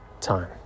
time